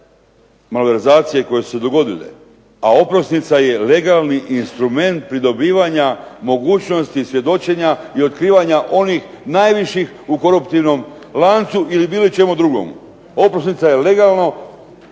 malverzacije koje su se dogodile, a oprosnica je legalni instrument pridobivanja mogućnosti svjedočenja i otkrivanja onih najviših u koruptivnom lancu ili bilo čemu drugomu. Oprosnica je legalno